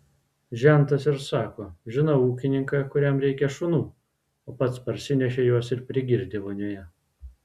žentas ir sako žinau ūkininką kuriam reikia šunų o pats parsinešė juos ir prigirdė vonioje